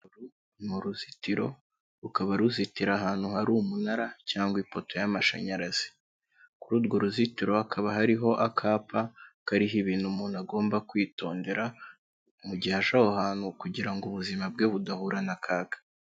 Uru ni uruzitiro rukaba ruzitira ahantu hari umunara cyangwa ipoto y'amashanyarazi, kuri urwo ruzitiro hakaba hariho akapa kariho ibintu umuntu agomba kwitondera mu gihe aca aho hantu kugira ngo ubuzima bwe budahura n'akaga.